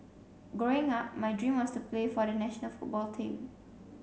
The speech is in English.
growing up my dream was to play for the national football team